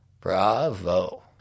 Bravo